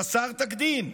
חסר תקדים,